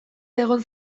egon